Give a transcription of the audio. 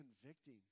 convicting